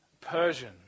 Persian